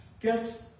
guess